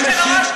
אדוני היושב-ראש,